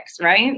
right